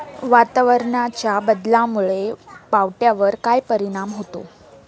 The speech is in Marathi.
वातावरणाच्या बदलामुळे पावट्यावर काय परिणाम होतो?